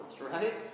Right